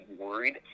worried